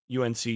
UNC